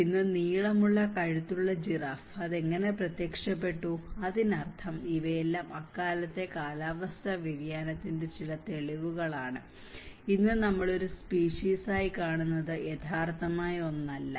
ഇന്ന് നീളമുള്ള കഴുത്തുള്ള ജിറാഫ് അത് എങ്ങനെ പ്രത്യക്ഷപ്പെട്ടു അതിനർത്ഥം ഇവയെല്ലാം അക്കാലത്തെ കാലാവസ്ഥാ വ്യതിയാനത്തിന്റെ ചില തെളിവുകളാണ് ഇന്ന് നമ്മൾ ഒരു സ്പീഷിസായി കാണുന്നത് യഥാർത്ഥമായ ഒന്നല്ല